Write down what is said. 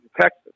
Texas